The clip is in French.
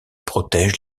protègent